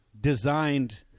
designed